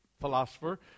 philosopher